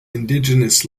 indigenous